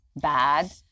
bad